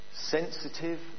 sensitive